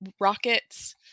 rockets